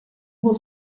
will